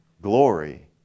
Glory